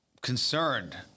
concerned